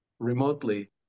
Remotely